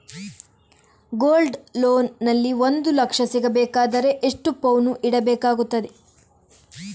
Gold loan ನಲ್ಲಿ ಒಂದು ಲಕ್ಷ ಸಿಗಬೇಕಾದರೆ ಎಷ್ಟು ಪೌನು ಇಡಬೇಕಾಗುತ್ತದೆ?